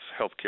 healthcare